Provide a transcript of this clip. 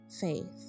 faith